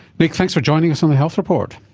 nick, thanks for joining us on the health report.